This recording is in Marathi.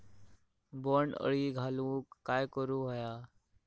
बोंड अळी घालवूक काय करू व्हया?